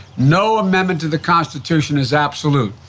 no amendment to the constitution is absolute.